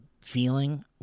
feeling